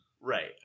Right